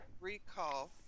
recall